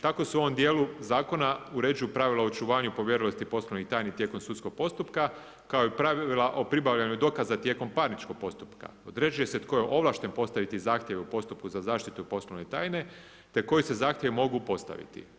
Tako se u ovom dijelu zakona uređuju pravila o očuvanju povjerljivosti poslovnih tajni tijekom sudskog postupka, kao i pravila o pribavljanju dokaza tijekom parničnog postupka, određuje se tko je ovlašteni postaviti zahtjev u postupku za zaštitu poslovne tajne te koji se zahtjevi mogu postaviti.